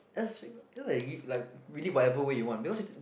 that's like like really whatever way you want because it's just